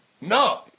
No